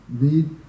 need